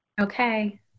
Okay